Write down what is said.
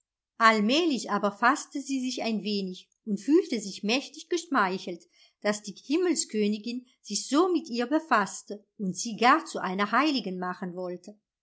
allmählich aber faßte sie sich ein wenig und fühlte sich mächtig geschmeichelt daß die himmelskönigin sich so mit ihr befaßte und sie gar zu einer heiligen machen wollte